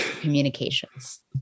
communications